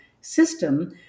system